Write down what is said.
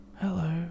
Hello